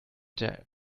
their